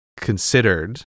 considered